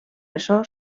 base